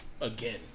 again